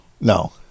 No